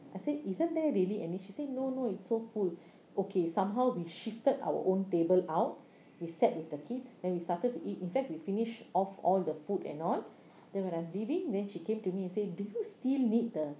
I said isn't there really any she said no no it's so full okay somehow we shifted our own table out we sat with the kids then we started to eat in fact we finish off all the food and all that when I'm leaving then she came to me and say do you still need the